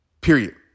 Period